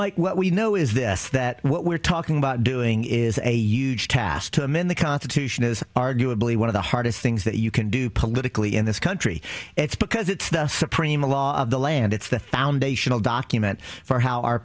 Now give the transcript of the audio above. mike what we know is this that what we're talking about doing is a huge task to amend the constitution is arguably one of the hardest things that you can do politically in this country it's because it's the supreme law of the land it's the thousand ational document for how our